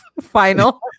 final